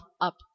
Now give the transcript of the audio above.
up